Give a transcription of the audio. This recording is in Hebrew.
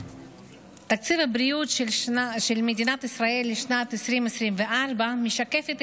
תקציב הבריאות של מדינת ישראל לשנת 2024 משקף את